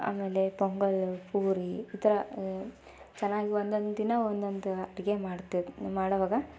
ಆಮೇಲೆ ಪೊಂಗಲ್ ಪೂರಿ ಈ ಥರ ಚೆನ್ನಾಗಿ ಒಂದೊಂದು ದಿನ ಒಂದೊಂದು ಅಡುಗೆ ಮಾಡ್ತೆ ಮಾಡುವಾಗ